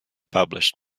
published